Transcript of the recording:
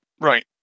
Right